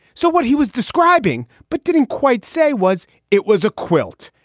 so what he was describing, but didn't quite say, was it was a quilt.